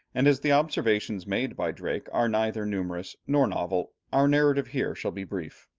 and as the observations made by drake are neither numerous nor novel, our narrative here shall be brief.